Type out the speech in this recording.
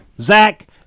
Zach